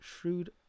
shrewd